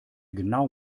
genau